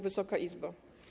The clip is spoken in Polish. Wysoka Izbo!